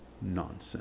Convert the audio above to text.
nonsense